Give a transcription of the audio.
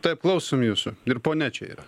taip klausom jūsų ir ponia čia yra